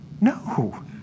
no